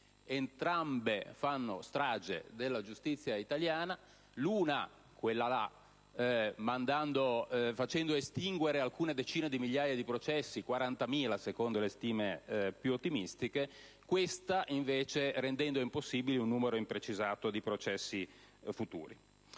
Entrambe fanno strage della giustizia italiana: l'una facendo estinguere alcune decine di migliaia di processi (40.000, secondo le stime più ottimistiche) questa rendendo impossibile un numero imprecisato di processi futuri.